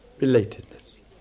relatedness